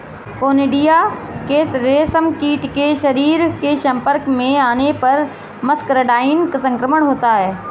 conidia के रेशमकीट के शरीर के संपर्क में आने पर मस्करडाइन संक्रमण होता है